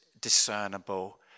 discernible